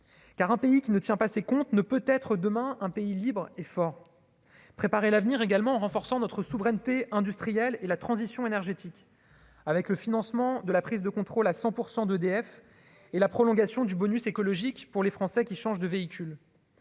car un pays qui ne tient pas ses comptes ne peut être demain un pays libre et fort, préparer l'avenir, également, en renforçant notre souveraineté industrielle et la transition énergétique avec le financement de la prise de contrôle à 100 % d'EDF et la prolongation du bonus écologique pour les Français qui changent de véhicule,